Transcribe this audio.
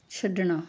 ਛੱਡਣਾ